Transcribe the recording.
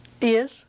Yes